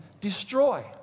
destroy